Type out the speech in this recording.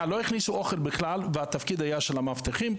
לא הכניסו אוכל בכלל והתפקיד היה של המאבטחים,